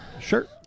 sure